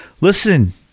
listen